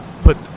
put